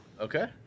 Okay